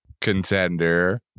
contender